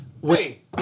Wait